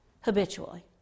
habitually